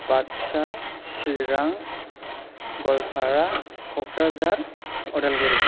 Baksa Chirang Goalpara Kokrajhar Udalguri